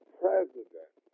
president